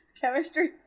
Chemistry